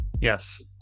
Yes